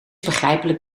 begrijpelijk